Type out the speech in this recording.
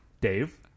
Dave